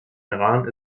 iran